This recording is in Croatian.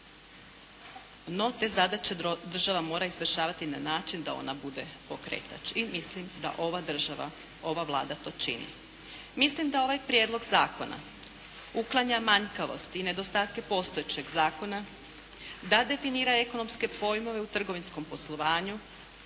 No te zadaće država mora izvršavati na način da ona bude pokretač i mislim da ova država, ova Vlada to čini. Mislim da ovaj prijedlog zakona uklanja manjkavost i nedostatke postojećeg zakona, da definira ekonomske pojmove u trgovinskom poslovanju,